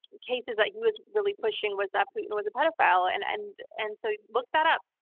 cases that he was really pushing was that putin was a pedophile. and and and so look that up.